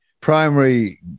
primary